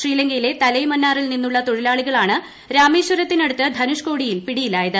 ശ്രീലങ്കയിലെ തലൈമന്നാറിൽ നിന്നുള്ള തൊഴിലാളികളാണ് രാമേശ്വരത്തിനടുത്ത് ധനുഷ്കോടിയിൽ പിടിയിലായത്